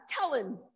telling